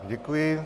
Děkuji.